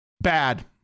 bad